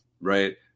right